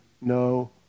no